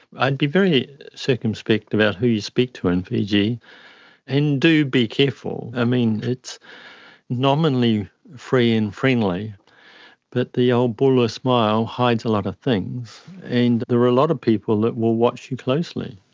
i'd be very circumspect about who you speak to in fiji and do be careful. i mean, it's nominally free and friendly but the old bula smile hides a lot of things and there are a lot of people that will watch you closely.